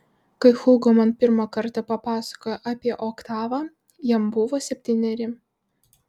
kai hugo man pirmą kartą papasakojo apie oktavą jam buvo septyneri